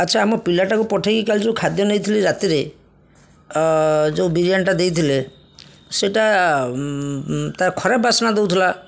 ଆଚ୍ଛା ଆମ ପିଲାଟାକୁ ପଠାଇ କାଲି ଯେଉଁ ଖାଦ୍ୟ ନେଇଥିଲି ରାତିରେ ଯେଉଁ ବିରିୟାନୀଟା ଦେଇଥିଲେ ସେଇଟା ତା ଖରାପ ବାସ୍ନା ଦେଉଥିଲା